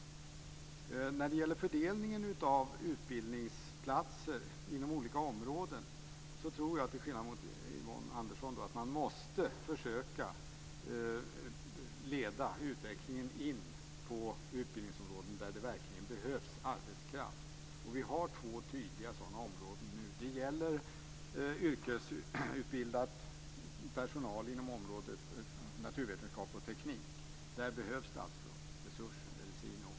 När det gäller fördelning av utbildningsplatser inom olika områden tror jag - till skillnad från Yvonne Andersson - att man måste försöka leda utvecklingen in på utbildningsområden där det verkligen behövs arbetskraft, och det finns två tydliga områden nu. Det gäller yrkesutbildad personal inom området naturvetenskap och teknik samt inom medicin.